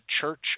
church